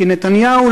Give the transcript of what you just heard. כי נתניהו,